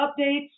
updates